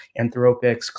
Anthropics